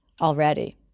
already